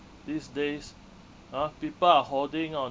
these days ah people are holding on